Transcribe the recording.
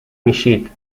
میشید